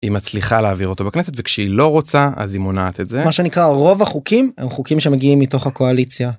אם הצליחה להעביר אותו בכנסת וכשהיא לא רוצה אז היא מונעת את זה מה שנקרא רוב החוקים החוקים שמגיעים מתוך הקואליציה.